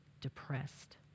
depressed